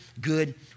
good